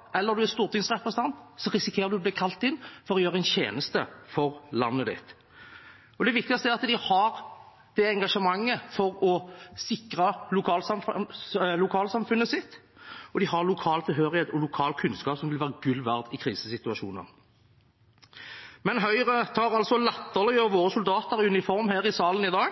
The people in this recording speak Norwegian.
å bli kalt inn for å gjøre tjeneste for landet ditt. Det er viktig å se at de har det engasjementet for å sikre lokalsamfunnet sitt, og de har lokal tilhørighet og lokal kunnskap som vil være gull verdt i krisesituasjoner. Men Høyre latterliggjør altså våre soldater i uniform her i salen i dag